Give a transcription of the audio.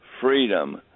freedom